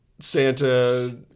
santa